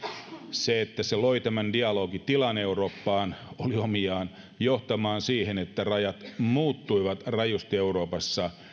se että se loi tämän dialogitilan eurooppaan oli omiaan johtamaan siihen että rajat muuttuivat rajusti euroopassa